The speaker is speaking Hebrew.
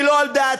היא לא על דעתי.